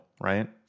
Right